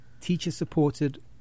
teacher-supported